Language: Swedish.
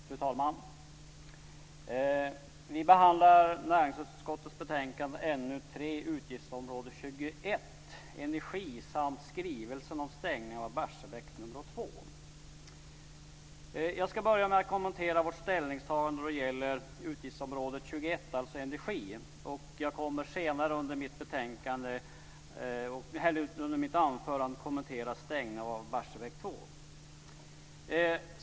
Fru talman! Vi behandlar näringsutskottets betänkande NU3 utgiftsområde 21 Energi samt skrivelsen om stängningen av Barsebäck 2. Jag ska börja med att kommentera vårt ställningstagande då det gäller utgiftsområde 21 Energi, och jag kommer senare under mitt anförande att kommentera stängningen av Barsebäck 2.